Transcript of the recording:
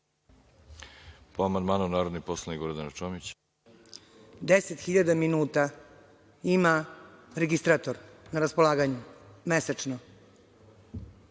hiljada minuta ima registrator na raspolaganju mesečno. Ne